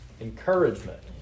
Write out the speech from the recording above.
encouragement